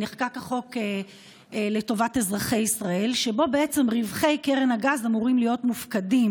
נחקק החוק לטובת אזרחי ישראל שלפיו רווחי קרן הגז אמורים להיות מופקדים